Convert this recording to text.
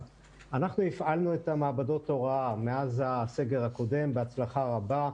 הפעלנו את מעבדות ההוראה מאז הסגר הקודם בהצלחה רבה.